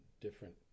different